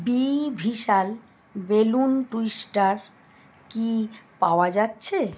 B ভিশাল balloon twister কি পাওয়া যাচ্ছে